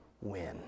win